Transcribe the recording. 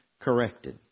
corrected